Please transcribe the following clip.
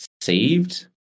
saved